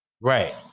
Right